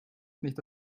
sonst